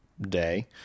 day